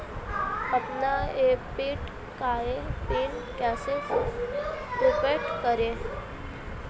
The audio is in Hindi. अपना डेबिट कार्ड पिन कैसे प्राप्त करें?